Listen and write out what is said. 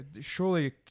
Surely